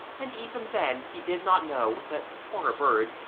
and even then he did not know that, for a bird,